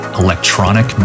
electronic